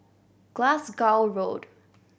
Glasgow Road